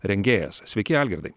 rengėjas sveiki algirdai